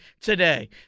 today